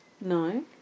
No